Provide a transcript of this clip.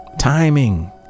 timing